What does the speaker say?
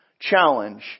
challenge